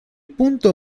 punto